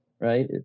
right